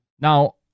Now